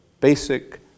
basic